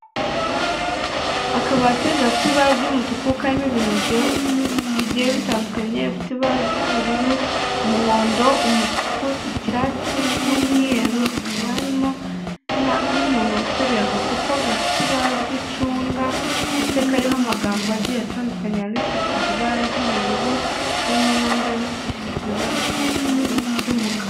Akabati gafite ibara ry'umutuku karimo ibintu bigiye bitandukanye bifite ibara ry'ubururu, umuhondo, umutuku icyatsi n'umweru, hakaba harimo n'umuntu uteruye agakopo gafite ibara ry'icunga ndetse kariho amagambo agiye atandukanye yandikishijwe ibara ry'ubururu, harimo n'andi yandikishijwe ibara ry'umukara.